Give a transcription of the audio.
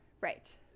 right